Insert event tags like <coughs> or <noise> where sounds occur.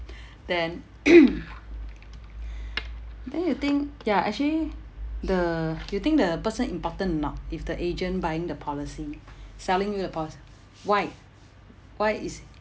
<breath> then <coughs> <breath> then you think ya actually the you think the person important or not if the agent buying the policy selling you the po~ why why is